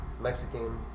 Mexican